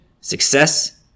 success